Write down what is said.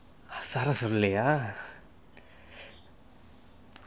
சொல்லலையா:sollalaiya